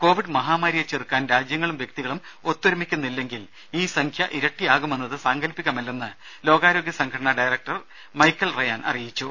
Covid മഹാമാരിയെ ചെറുക്കാൻ രാജ്യങ്ങളും വ്യക്തികളും ഒത്തൊരുമിക്കുന്നില്ലെങ്കിൽ ഈ സംഖ്യ ഇരട്ടിയാകുമെന്നത് സാങ്കല്പികമല്ലെന്നും ലോകാരോഗ്യ സംഘടന ഡയറക്ടർ മൈക്കൽ റയാൻ അറിയിച്ചു